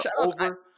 over